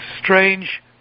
strange